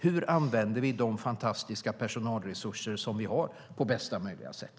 Hur använder vi de fantastiska personalresurser som vi har på bästa möjliga sätt?